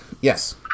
yes